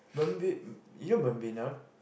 Membi~ you know Membina